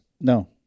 no